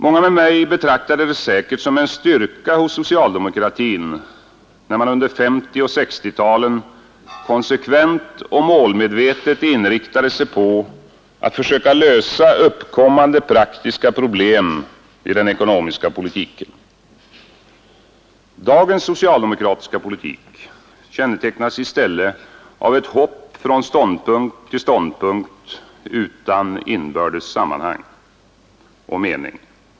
Många med mig betraktade det säkert som en styrka hos socialdemokratin när man under 1950 och 1960-talen konsekvent och målmedvetet inriktade sig på att försöka lösa uppkommande praktiska problem i den ekonomiska politiken. Dagens socialdemokratiska politik kännetecknas i stället av hopp från ståndpunkt till ståndpunkt utan inbördes sammanhang och mening.